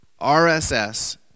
RSS